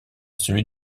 celui